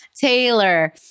Taylor